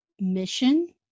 mission